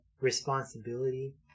responsibility